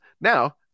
now